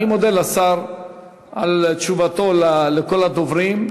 אני מודה לשר על תשובתו לכל הדוברים,